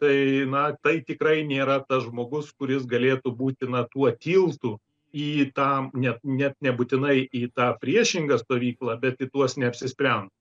tai na tai tikrai nėra tas žmogus kuris galėtų būti na tuo tiltu į tą net net nebūtinai į tą priešingą stovyklą bet į tuos neapsispren